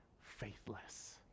faithless